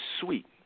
sweet